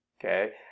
okay